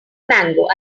mango